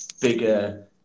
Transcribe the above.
bigger